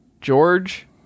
George